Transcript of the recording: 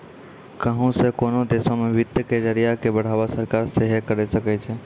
कहुं से कोनो देशो मे वित्त के जरिया के बढ़ावा सरकार सेहे करे सकै छै